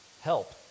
Help